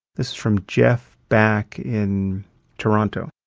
this is from jeff bak in toronto.